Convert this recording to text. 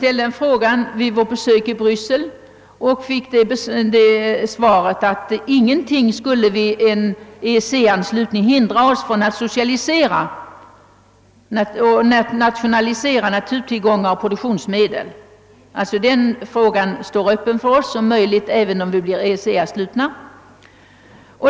Vid vårt besök i Bryssel fick jag som svar på en fråga det beskedet att ingenting skulle hindra oss att även efter en EEC-anslutning socialisera och nationalisera naturtillgångar och produktionsmedel. De möjligheterna står alltså öppna för oss även efter en anslutning.